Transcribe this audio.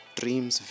dreams